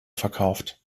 verkauft